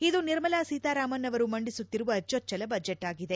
ಇದು ನಿರ್ಮಲಾ ಸೀತಾರಾಮನ್ ಅವರು ಮಂಡಿಸುತ್ತಿರುವ ಜೊಚ್ಚಲ ಬಜೆಟ್ ಆಗಿದೆ